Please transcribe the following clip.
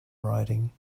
writing